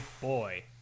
boy